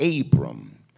Abram